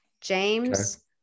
James